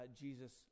Jesus